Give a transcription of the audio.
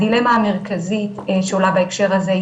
הדילמה המרכזית שעולה בהקשר הזה,